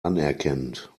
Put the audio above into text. anerkennend